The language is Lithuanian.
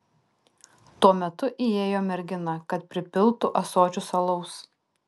tuo metu įėjo mergina kad pripiltų ąsočius alaus